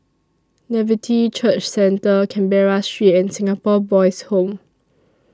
Nativity Church Centre Canberra Street and Singapore Boys' Home